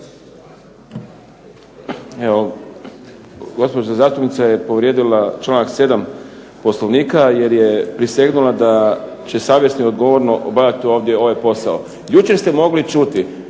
Evo gospođa zastupnica je povrijedila članak 7. Poslovnika, jer je prisegnula da će savjesno i odgovorno obavljati ovdje ovaj posao. Jučer ste mogli čuti